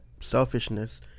selfishness